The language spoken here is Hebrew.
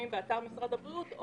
באתר משרד הבריאות.